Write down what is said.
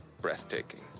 breathtaking